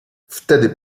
wtedy